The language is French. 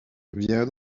viens